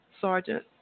Sergeant